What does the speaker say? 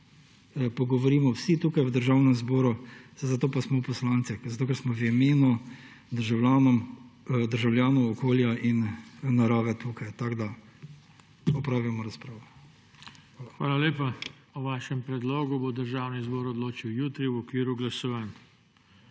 pogovorimo vsi tukaj v Državnem zboru. Saj zato pa smo poslanci, zato ker smo v imenu državljanov, okolja in narave tukaj. Tako da opravimo razpravo. **PODPREDSEDNIK JOŽE TANKO:** Hvala lepa. O vašem predlogu bo Državni zbor odločil jutri v okviru glasovanj.